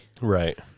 right